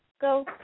go